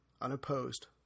unopposed